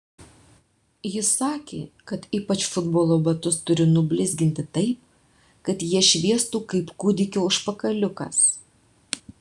jis sakė kad ypač futbolo batus turiu nublizginti taip kad jie šviestų kaip kūdikio užpakaliukas